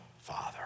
father